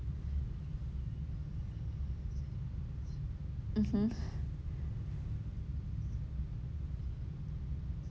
mmhmm